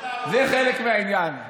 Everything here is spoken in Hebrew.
שבאתם והתחלתם להרוס.